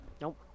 Nope